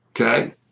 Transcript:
Okay